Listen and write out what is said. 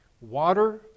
water